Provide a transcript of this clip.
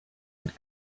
mit